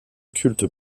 culte